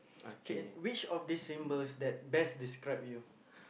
okay which of this symbol that best describe you